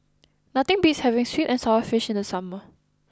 nothing beats having Sweet and Sour Fish in the summer